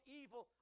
evil